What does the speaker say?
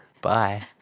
Bye